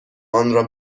آنرا